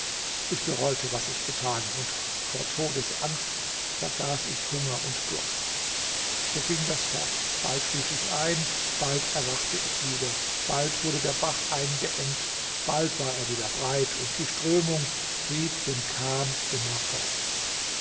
ich bereute was ich getan und vor todesangst vergaß ich hunger und durst so ging das fort bald schlief ich ein bald erwachte ich wieder bald wurde der bach eingeengt bald war er wieder breit und die strömung trieb den kahn immer vorwärts